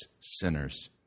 sinners